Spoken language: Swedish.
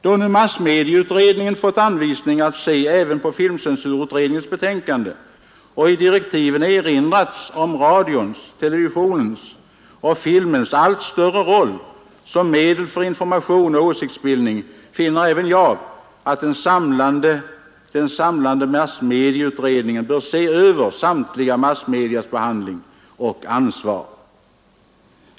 Då nu massmedieutredningen fått anvisning att se även på filmcensurutredningens betänkande och i direktiven erinrats om radions, televisionens och filmens allt större roll som medel för information och åsiktsbildning, finner även jag att den samlande massmedieutredningen bör se över samtliga massmedias behandling och ansvar.